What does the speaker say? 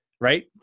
right